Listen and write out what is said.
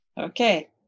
Okay